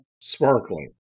sparkling